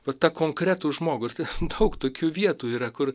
vat tą konkretų žmogų ir tą daug tokių vietų yra kur